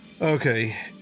okay